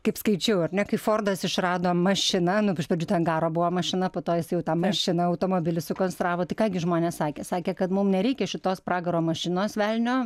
kaip skaičiau ar ne kai fordas išrado mašiną nu iš pradžių ten garo buvo mašina po to jis jau tą mašiną automobilį sukonstravo tai ką gi žmonės sakė sakė kad mum nereikia šitos pragaro mašinos velnio